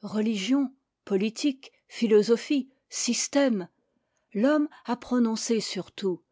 religion politique philosophie systèmes l'homme a prononcé sur tout